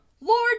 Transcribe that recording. Lord